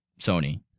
Sony